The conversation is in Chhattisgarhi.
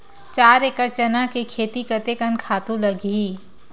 चार एकड़ चना के खेती कतेकन खातु लगही?